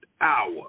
hour